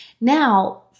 Now